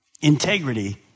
integrity